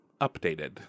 Updated